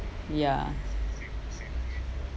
ya